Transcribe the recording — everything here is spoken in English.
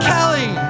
Kelly